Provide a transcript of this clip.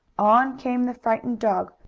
on came the frightened dog,